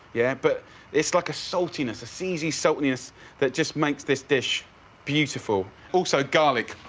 yeah. but it's like a saltiness, a seasy saltiness that just makes this dish beautiful. also garlic.